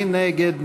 מי נגד?